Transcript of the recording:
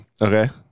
Okay